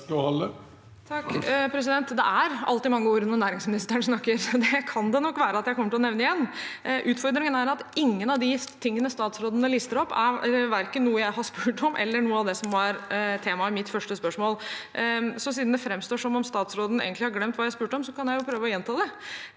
Det er alltid mange ord når næringsministeren snakker, så det kan nok være at jeg kommer til å nevne det igjen. Utfordringen er at ikke noe av det statsråden listet opp, er noe jeg har spurt om, eller er noe av det som var temaet i mitt første spørsmål. Siden det framstår som om statsråden har glemt hva jeg spurte om, kan jeg prøve å gjenta det: